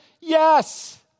yes